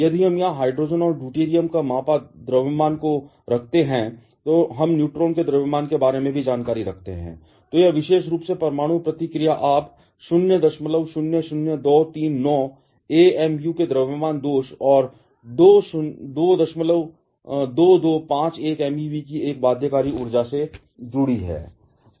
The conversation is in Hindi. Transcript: यदि हम यहां हाइड्रोजन और ड्यूटेरियम के मापा द्रव्यमान को रखते हैं और हम न्यूट्रॉन के द्रव्यमान के बारे में भी जानकारी रखते हैं तो यह विशेष रूप से परमाणु प्रतिक्रिया आप 000239 AMU के द्रव्यमान दोष और 22251 MeV की एक बाध्यकारी ऊर्जा से जुड़ी है